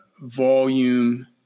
volume